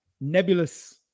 nebulous